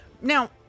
Now